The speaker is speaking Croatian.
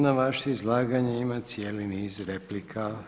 Na vaše izlaganje ima cijeli niz replika.